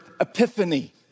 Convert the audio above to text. epiphany